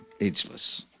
ageless